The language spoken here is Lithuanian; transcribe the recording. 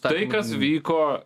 tai kas vyko